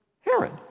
Herod